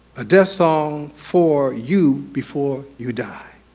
a death song for you before you die.